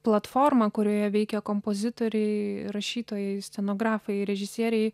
platformą kurioje veikė kompozitoriai rašytojai scenografai režisieriai